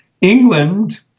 England